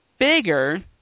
bigger